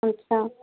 अच्छा